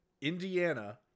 Indiana